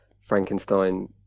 frankenstein